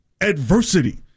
Adversity